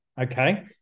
okay